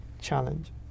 challenge